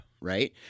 right